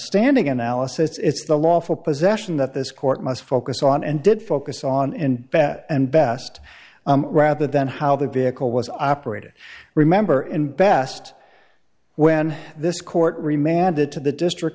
standing analysis it's the law for possession that this court must focus on and did focus on in bed and best rather than how the vehicle was operated remember in best when this court remanded to the district